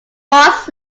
boss